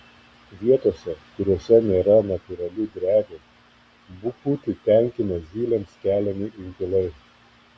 vietose kuriose nėra natūralių drevių bukutį tenkina zylėms keliami inkilai